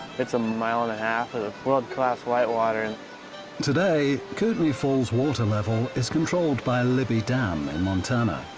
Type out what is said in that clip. it's a mile and a half of world class white water and today, kootenai fall's water level is controlled by libby dam, in and montana.